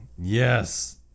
Yes